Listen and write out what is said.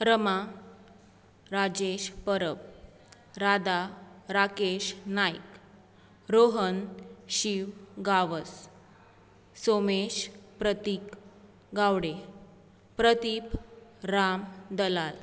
Rama Rajesh Parab Radha Rakesh Naik Rohan Shiv Gawas Somesh Prateek Gawde Prateep Ram Dalal